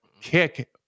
kick